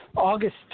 August